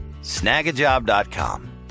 Snagajob.com